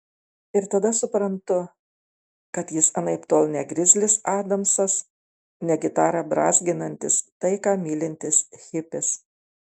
ir tada suprantu kad jis anaiptol ne grizlis adamsas ne gitarą brązginantis taiką mylintis hipis